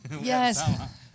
Yes